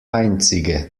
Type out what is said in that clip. einzige